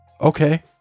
Okay